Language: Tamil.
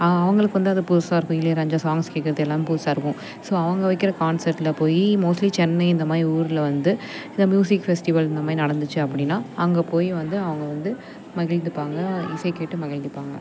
அவங்களுக்கு வந்து அது புதுசாக இருக்கும் இளையராஜா சாங்ஸ் கேக்கிறது எல்லாம் புதுசாக இருக்கும் ஸோ அவங்க வைக்கிற கான்செர்ட்டில் போய் மோஸ்ட்லி சென்னை இந்தமாதிரி ஊரில் வந்து இந்த மியூசிக் ஃபெஸ்டிவல் இந்தமாதிரி நடந்துச்சு அப்படின்னா அங்கே போய் வந்து அவங்க வந்து மகிழ்ந்துப்பாங்க இசை கேட்டு மகிழ்ந்துப்பாங்க